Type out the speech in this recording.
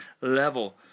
level